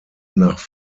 nach